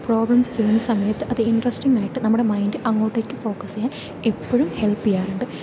problems ചെയ്യുന്ന സമയത്ത് അത് ഇൻറ്ററസ്റ്റിങ്ങ് ആയിട്ട് നമ്മുടെ മൈൻഡ് അങ്ങോട്ടേക്ക് ഫോക്കസ് ചെയ്യാൻ എപ്പോഴും ഹെൽപ്പ് ചെയ്യാറുണ്ട്